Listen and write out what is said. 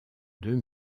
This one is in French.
deux